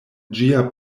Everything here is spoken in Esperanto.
ĝia